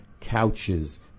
couches